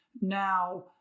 now